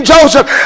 Joseph